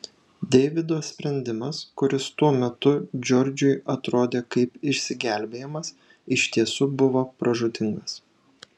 deivido sprendimas kuris tuo metu džordžui atrodė kaip išsigelbėjimas iš tiesų buvo pražūtingas